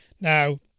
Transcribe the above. Now